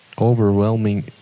overwhelming